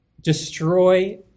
destroy